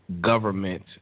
government